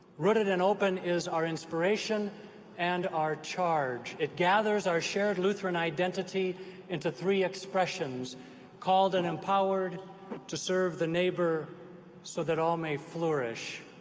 rooted and open is our inspiration and our charge. it gathers our shared lutheran identity into three expressions called and empowered to serve the neighbor so that all may flourish.